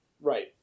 Right